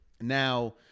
Now